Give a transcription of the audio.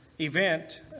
event